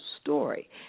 story